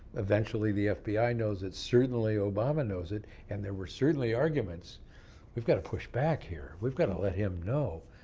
eventually the fbi knows it. certainly obama knows it. and there were certainly arguments we've got to push back here. we've got to let him know.